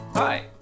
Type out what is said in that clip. Hi